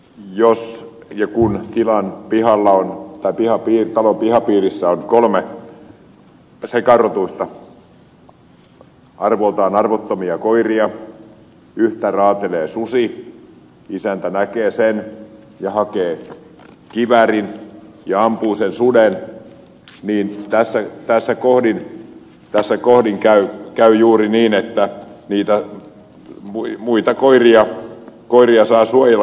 jos ja kun talon pihapiirissä on kolme sekarotuista arvoltaan arvotonta koiraa yhtä raatelee susi isäntä näkee sen ja hakee kiväärin ja ampuu sen suden niin tässä kohdin käy juuri niin että niitä muita koiria saa suojella